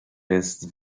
jest